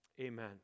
amen